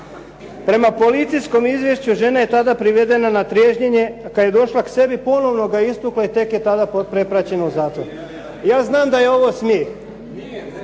Prema policijskom izvješću žena je tada privedena na triježnjenje, kad je došla k sebi i ponovno ga je istukla i tek je tada prepraćena u zatvor. Ja znam da je ovo smijeh